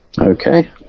Okay